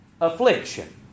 affliction